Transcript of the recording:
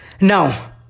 Now